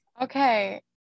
okay